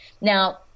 Now